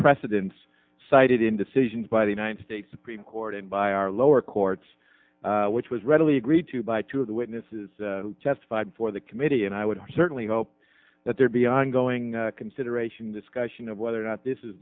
precedents cited in decisions by the united states supreme court and by our lower courts which was readily agreed to by two of the witnesses testified before the committee and i would certainly hope that there be ongoing consideration discussion of whether or not this is